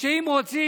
שאם רוצים,